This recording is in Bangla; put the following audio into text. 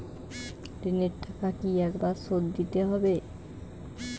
ঋণের টাকা কি একবার শোধ দিতে হবে?